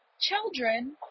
Children